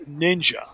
Ninja